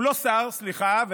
הוא לא שר, סליחה.